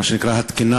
מה שנקרא התקינה,